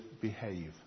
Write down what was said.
behave